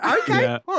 okay